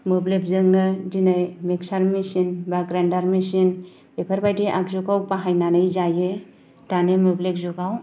मोब्लिबजोंनो दिनै mixer machine बा ग्राइन्दार मिसिन बेफोरबायदि आगजुखौ बाहायनानै जायो दानि मोब्लिब जुगाव